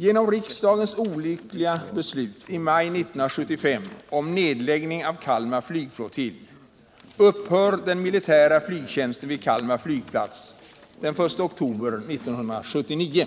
Genom riksdagens olyckliga beslut i maj 1975 om nedläggning av Kalmar flygflottilj upphör den militära flygtjänsten vid Kalmar flygplats den 1 oktober 1979.